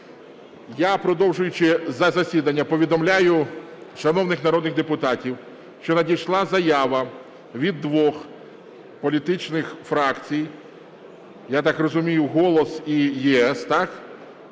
Я, продовжуючи засідання, повідомляю шановних народних депутатів, що надійшла заява від двох політичних фракцій, я так розумію, "Голос" і "ЄС", з